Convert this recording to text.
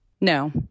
No